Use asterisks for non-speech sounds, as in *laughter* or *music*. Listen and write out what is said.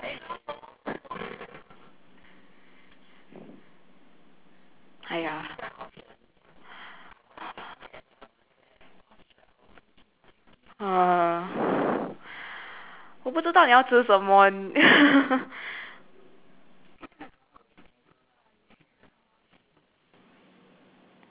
*noise* 我不知道你要吃什么 *laughs*